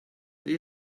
they